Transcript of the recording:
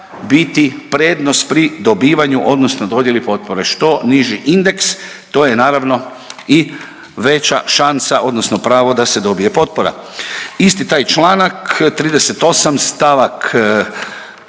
biti prednost pri dobivanju odnosno dodjeli potpore, što niži indeks to je naravno i veća šansa odnosno pravo da se dobije potpora. Isti taj čl. 38. st.